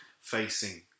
facing